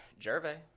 Gervais